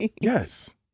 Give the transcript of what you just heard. Yes